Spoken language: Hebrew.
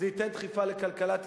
זה ייתן דחיפה לכלכלת ישראל.